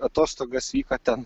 atostogas vyko ten